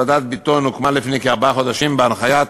ועדת ביטון הוקמה לפני כארבעה חודשים בהנחיית